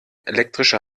elektrischer